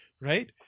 right